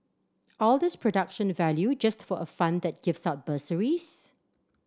all this production value just for a fund that gives out bursaries